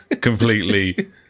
Completely